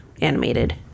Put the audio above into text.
animated